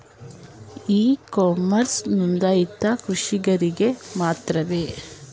E commerce ನೊಂದಾಯಿತ ಕೃಷಿಕರಿಗೆ ಮಾತ್ರವೇ?